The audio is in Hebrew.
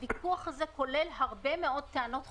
הוויכוח הזה כולל הרבה מאוד טענות חוזיות,